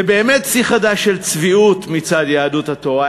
זה באמת שיא חדש של צביעות מצד יהדות התורה,